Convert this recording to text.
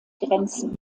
grenzen